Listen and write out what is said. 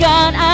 God